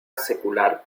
secular